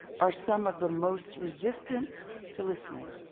are some of the most resistant to listening.